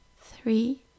three